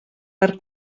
per